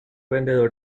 vendedor